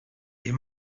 est